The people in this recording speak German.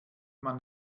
man